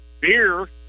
beer